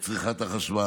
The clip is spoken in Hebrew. מבחינת צריכת החשמל.